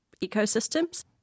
ecosystems